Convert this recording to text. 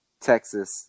Texas